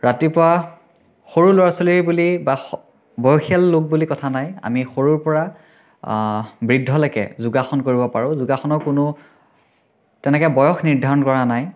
ৰাতিপুৱা সৰু ল'ৰা ছোৱালী বুলি বা বয়সীয়াল লোক বুলি কথা নাই আমি সৰুৰ পৰা বৃদ্ধলৈকে যোগাসন কৰিব পাৰোঁ যোগাসনৰ কোনো তেনেকৈ বয়স নিৰ্ধাৰণ কৰা নাই